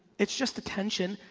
it's just attention.